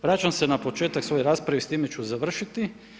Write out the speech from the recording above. Vraćam se na početak svoje rasprave i s time ću završiti.